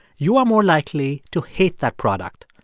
you are more likely to hate that product.